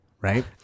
Right